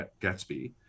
Gatsby